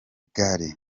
gare